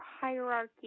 hierarchy